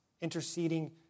interceding